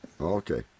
Okay